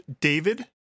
David